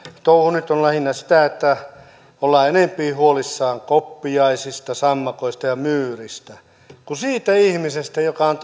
touhu nyt on lähinnä sitä että ollaan enempi huolissaan koppiaisista sammakoista ja myyristä kuin siitä ihmisestä joka on